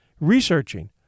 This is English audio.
Researching